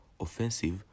offensive